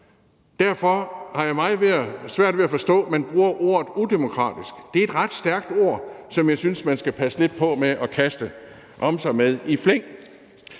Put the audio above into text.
Derfor har jeg meget svært ved at forstå, at man bruger ordet udemokratisk. Det er et ret stærkt ord, som jeg synes man skal passe lidt på med at kaste om sig med i flæng.